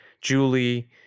Julie